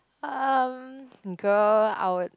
um girl I would